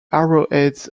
arrowheads